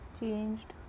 changed